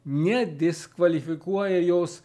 nediskvalifikuoja jos